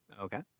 Okay